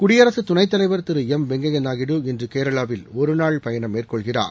குடியரசு துணைத் தலைவர் திரு எம் வெங்கைய நாயுடு இன்று கேரளாவில் ஒருநாள் பயணம் மேற்கொள்கிறார்